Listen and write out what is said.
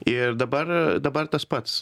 ir dabar dabar tas pats